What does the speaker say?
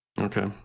okay